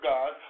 God